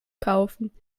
kaufen